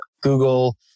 Google